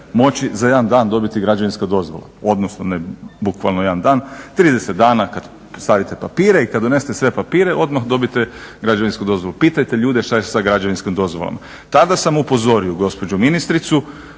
moći za jedan dan dobiti građevinska dozvola, odnosno ne bukvalno jedan dan, 30 dana kada stavite papire i kada donesete sve papire odmah dobijete građevinsku dozvolu, pitajte ljude šta je sa građevinskim dozvolama. Tada sam upozorio gospođu ministricu